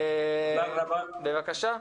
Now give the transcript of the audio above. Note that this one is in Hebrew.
בבקשה.